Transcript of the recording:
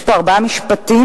יש פה ארבעה משפטים,